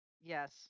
Yes